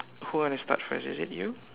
who wanna start first is it you